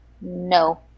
No